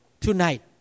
tonight